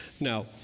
Now